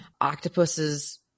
octopuses